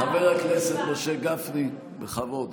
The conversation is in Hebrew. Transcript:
חבר הכנסת משה גפני, בכבוד.